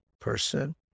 person